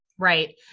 Right